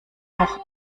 auch